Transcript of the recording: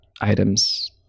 items